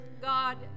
God